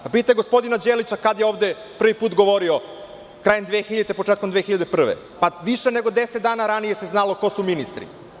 Pitajte ovde gospodina Đelića kada je ovde prvi put govorio krajem 2000. i početkom 2001. godine, više nego deset dana ranije se znalo ko su ministri.